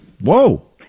Whoa